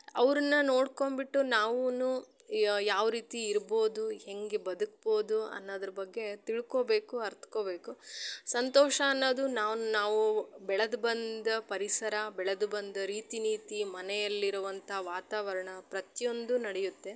ಅವ್ರನ್ನ ನೋಡ್ಕೊಂಬಿಟ್ಟು ನಾವೂನೂ ಯಾವ ರೀತಿ ಇರ್ಬೋದು ಹೇಗೆ ಬದುಕ್ಬೋದು ಅನ್ನೋದ್ರ ಬಗ್ಗೆ ತಿಳ್ಕೋಬೇಕು ಅರಿತ್ಕೋಬೇಕು ಸಂತೋಷ ಅನ್ನೋದು ನಾವು ನಾವು ಬೆಳೆದು ಬಂದ ಪರಿಸರ ಬೆಳೆದು ಬಂದ ರೀತಿ ನೀತಿ ಮನೆಯಲ್ಲಿರುವಂಥ ವಾತಾವರಣ ಪ್ರತಿಯೊಂದು ನಡೆಯುತ್ತೆ